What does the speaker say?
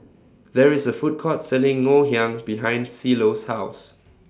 There IS A Food Court Selling Ngoh Hiang behind Cielo's House